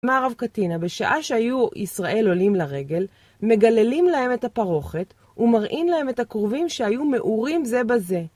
אמר רב קטינא, בשעה שהיו ישראל עולים לרגל, מגללים להם את הפרוכת ומראים להם את הכרובים שהיו מעורים זה בזה.